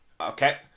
Okay